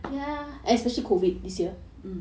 mm